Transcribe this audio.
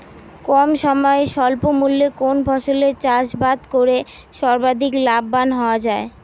কম সময়ে স্বল্প মূল্যে কোন ফসলের চাষাবাদ করে সর্বাধিক লাভবান হওয়া য়ায়?